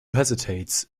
hesitates